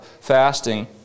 fasting